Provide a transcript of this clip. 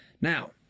Now